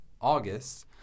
August—